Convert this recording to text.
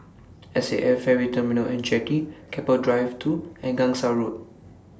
S A F Ferry Terminal and Jetty Keppel Drive two and Gangsa Road